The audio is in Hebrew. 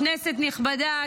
כנסת נכבדה,